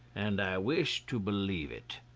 and i wish to believe it.